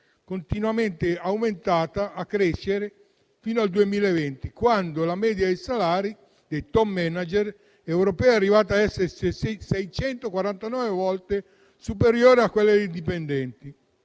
continuando ad aumentare e a crescere fino al 2020, quando la media dei salari dei top manager europei è arrivata ad essere 649 volte superiore a quella dei dipendenti.